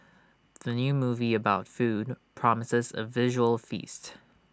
the new movie about food promises A visual feast